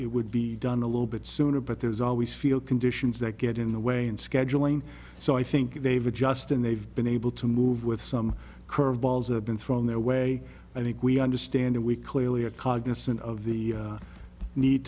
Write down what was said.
it would be done a little bit sooner but there's always feel conditions that get in the way in scheduling so i think they've adjusted they've been able to move with some curveballs have been thrown their way i think we understand and we clearly are cognizant of the need